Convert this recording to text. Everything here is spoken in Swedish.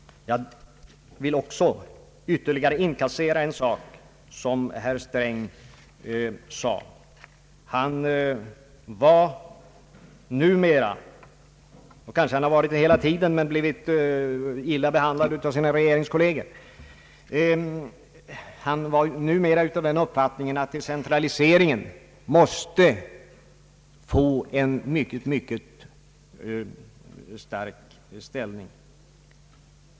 Jag vill sedan ytterligare inkassera en sak som herr Sträng yttrade. Han var numera — kanske har han varit det hela tiden men blivit illa behandlad av sina regeringskolleger — av den uppfattningen att decentraliseringen måste spela en mycket framträdande roll.